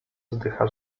wzdycha